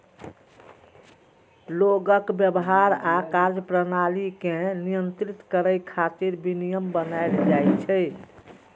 लोगक व्यवहार आ कार्यप्रणाली कें नियंत्रित करै खातिर विनियम बनाएल जाइ छै